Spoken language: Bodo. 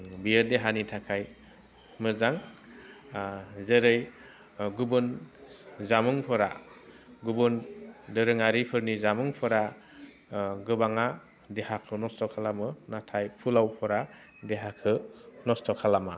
बियो देहानि थाखाय मोजां जेरै ओह गुबुन जामुंफोरा गुबुन दोरोङारिफोरनि जामुंफोरा गोबाङा देहाखौ नस्थ' खालामो नाथाय फुलावफोरा देहाखौ नस्थ' खालामा